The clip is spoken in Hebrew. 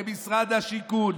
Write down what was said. במשרד השיכון,